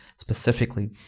specifically